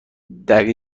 دقیقه